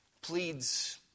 Pleads